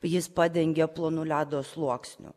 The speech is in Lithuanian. jis padengė plonu ledo sluoksniu